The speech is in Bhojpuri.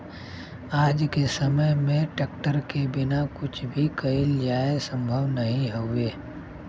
आज के समय में ट्रेक्टर के बिना कुछ भी कईल जाये संभव नाही हउवे